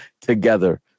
together